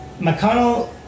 McConnell